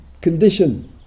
condition